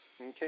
Okay